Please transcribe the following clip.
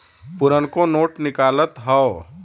पुरनको नोट निकालत हौ